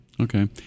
Okay